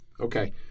Okay